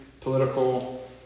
political